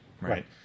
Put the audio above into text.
Right